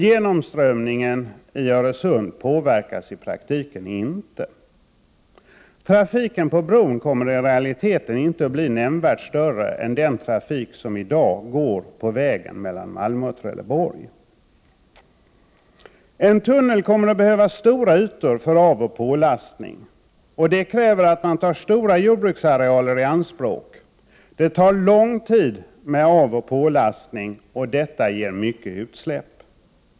Genomströmningen i Öresund påverkas inte i praktiken. Trafiken på bron kommer i realiteten inte att bli nämnvärt större än den trafik som i dag går på vägen mellan Malmö och Trelleborg. En tunnel kommer att behöva stora ytor för avoch pålastning. Det förutsätter att man tar stora jordbruksarealer i anspråk. Avoch pålastning tar lång tid, vilket leder till att utsläppen blir stora.